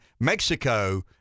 Mexico